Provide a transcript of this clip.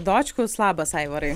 dočkus labas aivarai